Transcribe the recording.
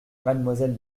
mademoiselle